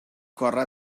corre